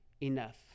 enough